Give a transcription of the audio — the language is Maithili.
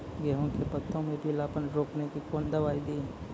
गेहूँ के पत्तों मे पीलापन रोकने के कौन दवाई दी?